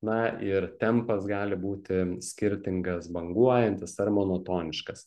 na ir tempas gali būti skirtingas banguojantis ar monotoniškas